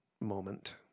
moment